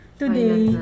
today